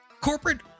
corporate